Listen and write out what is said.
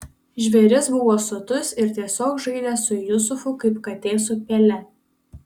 žvėris buvo sotus ir tiesiog žaidė su jusufu kaip katė su pele